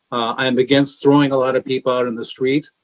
i am against throwing a lot of people out in the street